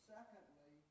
Secondly